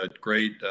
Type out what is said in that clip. great